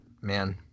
man